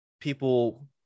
people